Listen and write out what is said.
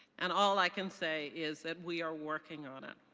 and all i can say is that we are working on it.